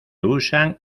usan